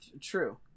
True